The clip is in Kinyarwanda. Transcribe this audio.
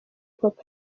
papa